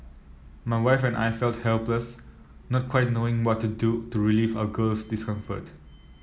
my wife and I felt helpless not quite knowing what to do to relieve our girl's discomfort